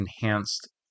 enhanced